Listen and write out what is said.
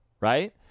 right